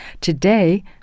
Today